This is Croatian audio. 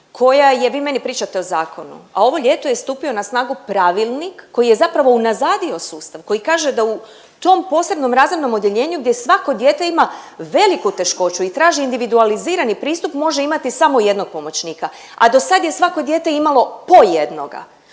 koja je, vi meni pričate o zakonu, a ovo ljeto je stupio na snagu pravilnik koji je zapravo unazadio sustav koji kaže da u tom posebnom razrednom odjeljenju gdje svako dijete ima veliku teškoću i traži individualizirani pristup može imati samo jednog pomoćnika, a do sad je svako dijete imalo po jednoga.